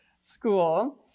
school